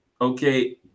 Okay